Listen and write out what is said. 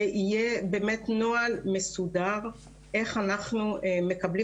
ויהיה באמת נוהל מסודר איך אנחנו מקבלים